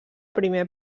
primer